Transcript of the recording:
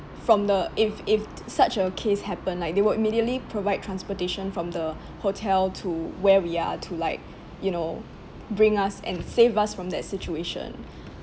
from the if if such a case happen like they would immediately provide transportation from the hotel to where we are to like you know bring us and save us from that situation